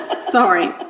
Sorry